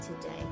today